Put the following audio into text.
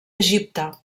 egipte